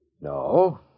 No